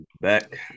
Back